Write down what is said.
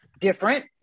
different